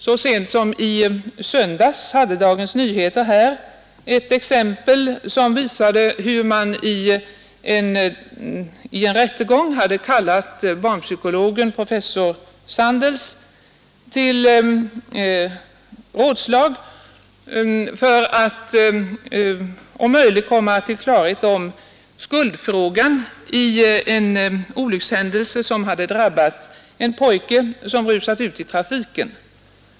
Så sent som i söndags hade Dagens Nyheter ett exempel som visade hur man i en rättegång hade kallat barnpsykologen professor Sandels till rådslag för att om möjligt komma till klarhet om skuldfrågan vid en olyckshändelse som hade drabbat en pojke, vilken rusat ut i trafiken.